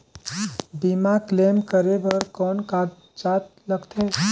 बीमा क्लेम करे बर कौन कागजात लगथे?